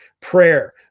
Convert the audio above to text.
prayer